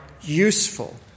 useful